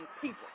people